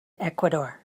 ecuador